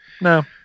No